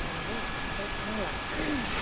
बानलु आमफ्राय नांला